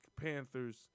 Panthers